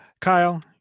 Kyle